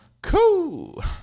cool